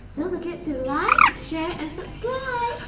don't forget to like, share and subscribe!